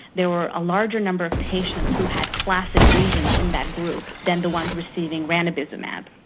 there were a larger number of patients who had classic lesions in that group, than the ones receiving ranibizumab.